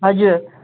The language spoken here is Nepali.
हजुर